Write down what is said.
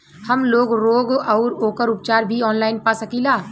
हमलोग रोग अउर ओकर उपचार भी ऑनलाइन पा सकीला?